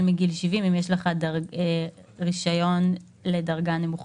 מגיל 70 אם יש לך רישיון לדרגה נמוכה.